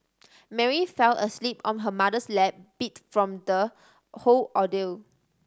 Mary fell asleep on her mother's lap beat from the whole ordeal